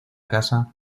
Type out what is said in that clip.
casa